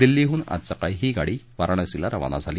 दिल्लीहून आज सकाळी ही गाडी वाराणसीला रवाना झाली